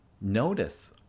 Notice